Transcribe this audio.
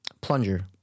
plunger